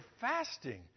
fasting